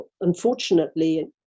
unfortunately